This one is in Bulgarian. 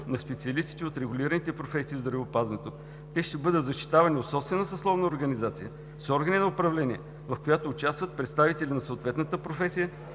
на специалистите от регулираните професии в здравеопазването. Те ще бъдат защитавани от собствена съсловна организация с органи на управление, в която участват представители на съответната професия,